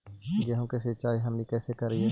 गेहूं के सिंचाई हमनि कैसे कारियय?